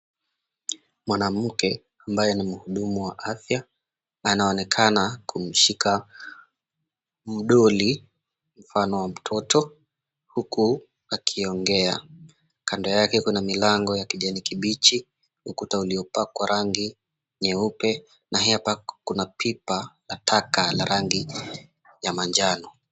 Mwanamke ambaye ni mhudumu wa afya anaonekana kumshika mdoli mfano wa mtoto huku akiongea. Kando yake kuna milango ya kijani kibichi, ukuta uliopakwa rangi nyeupe na hapa kuna pipa la taka la rangi ya manjano.